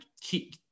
keep